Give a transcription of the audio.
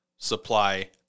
supply